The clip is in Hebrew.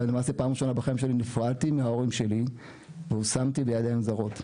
למעשה בפעם הראשונה בחיים הופרדתי מההורים שלי והושמתי בידיים זרות.